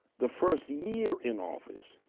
the first year in office,